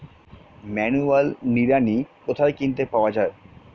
Manual নিড়ানি কোথায় কিনতে পাওয়া যায়?